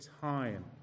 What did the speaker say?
time